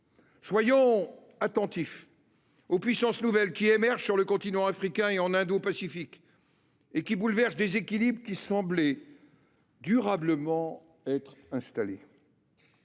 Soyons attentifs aux puissances nouvelles qui émergent sur le continent africain et dans l’Indo-Pacifique, lesquelles bouleversent des équilibres qui semblaient durablement ancrés.